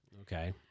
Okay